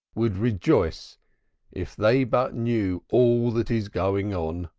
would rejoice if they but knew all that is going on.